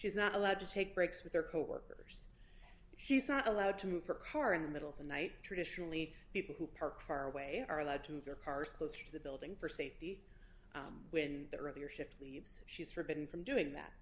she's not allowed to take breaks with her coworkers she's not allowed to move her car in the middle of the night traditionally people who parked car away are allowed to move their cars closer to the building for safety when the earlier shift leaves she is forbidden from doing that